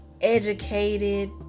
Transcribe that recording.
educated